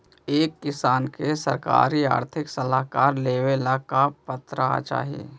एक किसान के सरकारी आर्थिक सहायता लेवेला का पात्रता चाही?